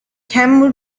camel